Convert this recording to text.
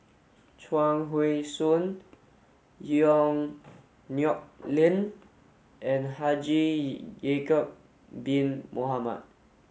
Chuang Hui Tsuan Yong Nyuk Lin and Haji Ya'acob bin Mohamed